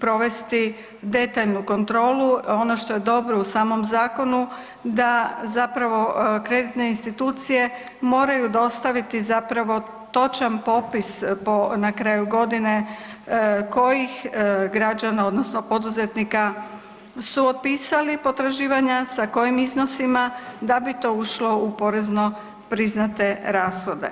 provesti detaljnu kontrolu, ono što je dobro u samom zakonu da zapravo kreditne institucije moraju dostaviti zapravo točan popis po na kraju godine kojih građana odnosno poduzetnika su otpisali potraživanja, sa kojim iznosima da bi to ušlo u porezno priznate rashode.